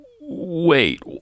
wait